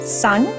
sun